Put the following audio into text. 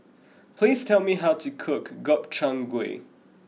please tell me how to cook Gobchang Gui